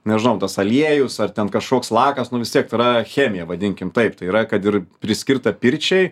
nežinau tas aliejus ar ten kažkoks lakas nu vis tiek tai yra chemija vadinkim taip tai yra kad ir priskirta pirčiai